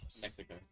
Mexico